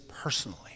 personally